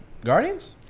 Guardians